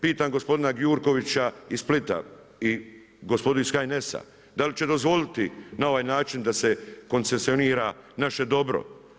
Pitam gospodina Gjurkovića iz Splita i gospodin iz HNS-a da li će dozvoliti na ovaj način da se koncesionira naše dobro?